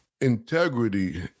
integrity